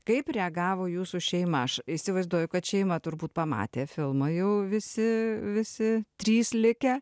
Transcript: kaip reagavo jūsų šeima aš įsivaizduoju kad šeima turbūt pamatė filmą jau visi visi trys likę